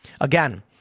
Again